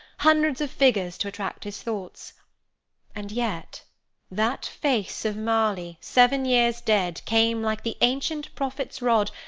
hundreds of figures to attract his thoughts and yet that face of marley, seven years dead, came like the ancient prophet's rod,